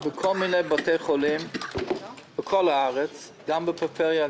בכל מיני בתי חולים בכל הארץ גם בפריפריה,